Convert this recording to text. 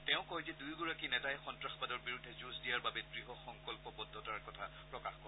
তেওঁ কয় যে দুয়োগৰাকী নেতাই সন্তাসবাদৰ বিৰুদ্ধে যুঁজ দিয়াৰ বাবে দৃঢ় সংকল্পবদ্ধতাৰ কথা প্ৰকাশ কৰে